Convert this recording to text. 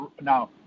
Now